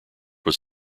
was